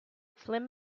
slim